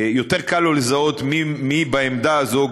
גם יותר קל לו לזהות מי בעמדה הזאת,